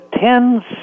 ten